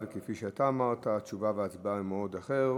ולכן ביקשתי שתהיה תשובה של הממשלה וגם הצבעה בשלב מאוחר יותר.